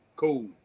cool